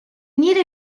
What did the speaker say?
unire